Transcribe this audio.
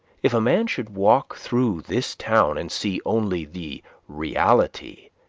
if a man should walk through this town and see only the reality,